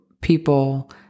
people